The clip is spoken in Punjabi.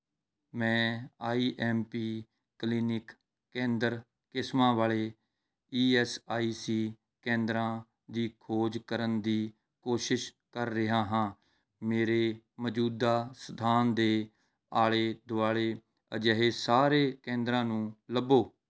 ਮੈਂ ਆਈ ਐੱਮ ਪੀ ਕਲੀਨਿਕ ਕੇਂਦਰ ਕਿਸਮਾਂ ਵਾਲੇ ਈ ਐੱਸ ਆਈ ਸੀ ਕੇਂਦਰਾਂ ਦੀ ਖੋਜ ਕਰਨ ਦੀ ਕੋਸ਼ਿਸ਼ ਕਰ ਰਿਹਾ ਹਾਂ ਮੇਰੇ ਮੌਜੂਦਾ ਸਥਾਨ ਦੇ ਆਲੇ ਦੁਆਲੇ ਅਜਿਹੇ ਸਾਰੇ ਕੇਂਦਰਾਂ ਨੂੰ ਲੱਭੋ